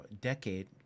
decade